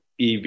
EV